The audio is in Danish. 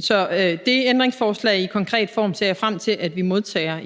Så det ændringsforslag i konkret form ser jeg frem til at vi modtager